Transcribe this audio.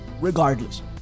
regardless